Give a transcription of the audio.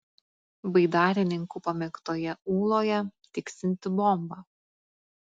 baidarininkų pamėgtoje ūloje tiksinti bomba